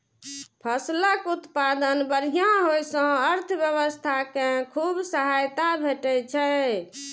फसलक उत्पादन बढ़िया होइ सं अर्थव्यवस्था कें खूब सहायता भेटै छै